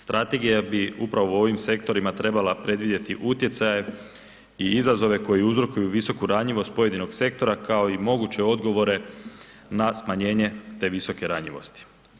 Strategija bi upravo u ovim sektorima trebala predvidjeti utjecaje i izazove koji uzrokuju visoku ranjivost pojedinog sektora, kao i moguće odgovore na smanjenje te visoke ranjivosti.